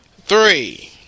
three